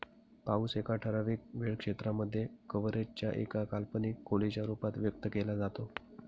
पाऊस एका ठराविक वेळ क्षेत्रांमध्ये, कव्हरेज च्या एका काल्पनिक खोलीच्या रूपात व्यक्त केला जातो